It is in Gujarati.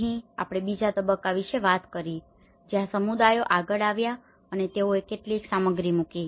અહીં આપણે બીજા તબક્કા વિશે વાત કરી જ્યાં સમુદાયો આગળ આવ્યા અને તેઓએ કેટલીક સામગ્રી મૂકી